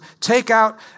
takeout